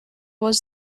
was